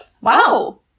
Wow